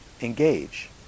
engage